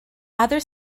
other